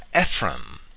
Ephraim